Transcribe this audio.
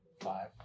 Five